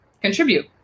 contribute